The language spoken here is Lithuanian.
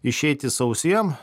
išeiti sausiem